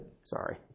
Sorry